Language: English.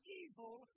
evil